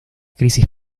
crisis